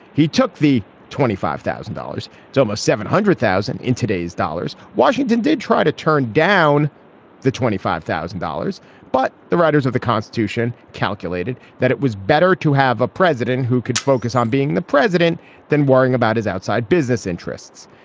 he took the twenty five thousand dollars almost seven hundred thousand in today's dollars. washington did try to turn down the twenty five thousand dollars but the writers of the constitution calculated that it was better to have a president who could focus on being the president than worrying about his outside business interests.